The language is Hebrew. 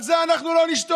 על זה אנחנו לא נשתוק.